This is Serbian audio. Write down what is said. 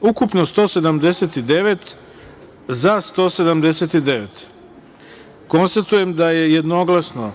ukupno 179, za – 179..Konstatujem da je jednoglasno